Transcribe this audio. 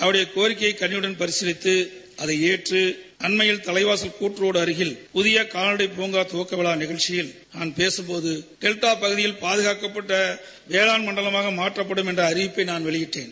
அவர்களின் கோரிக்கைய பரிசீலித்து அதளை ஏற்று அண்மயில் தலைவாசல் கூட்ரோடு அருகில் புதிய கால்நடை துவக்க நிகழ்ச்சியில் நாள் பேசும் போது டெல்டா பகுதியில் பாதனாக்கப்பட்ட வேளாண் மண்டலமாக மாற்றப்படும் என்ற அறிவிப்பை நாள் வெளியிட்டேன்